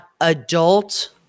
adult